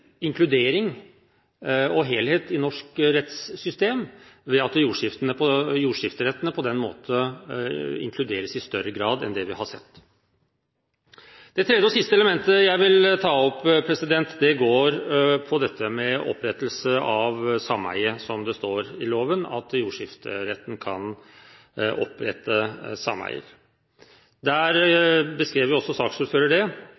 inkludering og helhet i norsk rettssystem ved at jordskifterettene på den måte inkluderes i større grad enn det vi før har sett. Det tredje og siste elementet jeg vil ta opp, går på opprettelse av sameie. Som det står i loven, kan jordskifteretten opprette sameier. Det